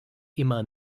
immer